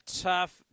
tough